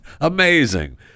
Amazing